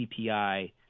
CPI